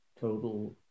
total